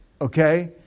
okay